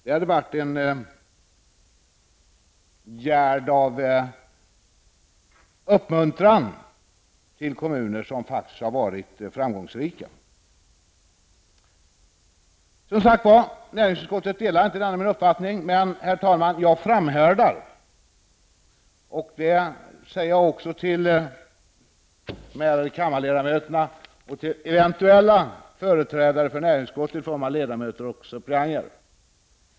Det hade varit en gärd av uppmuntran till kommuner som faktiskt har varit framgångsrika. Näringsutskottet delar som sagt inte denna min uppfattning. Men, herr talman, jag framhärdar, och det vill jag också säga till de ärade ledamöterna i kammaren och till eventuella företrädare för näringsutskottet i form av ledamöter och suppleanter.